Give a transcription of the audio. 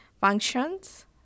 functions